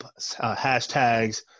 hashtags